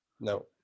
No